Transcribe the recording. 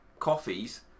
coffees